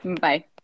bye